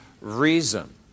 reason